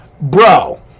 Bro